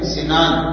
Sinan